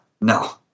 No